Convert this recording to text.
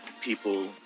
people